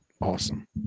Awesome